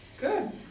Good